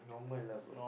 normal ah bro